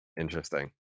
Interesting